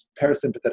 parasympathetic